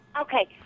Okay